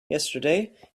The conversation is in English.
yesterday